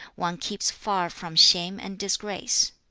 one keeps far from shame and disgrace.